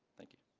thank you.